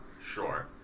Sure